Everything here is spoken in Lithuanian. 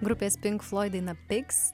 grupės pink floid daina pigs